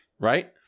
Right